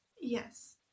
Yes